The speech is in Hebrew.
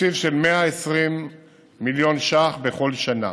בתקציב של 120 מיליון ש"ח בכל שנה.